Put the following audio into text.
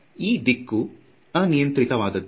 ಈ ದಿಕ್ಕು ಅನಿಯಂತ್ರಿತವಾದದ್ದು